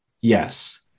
Yes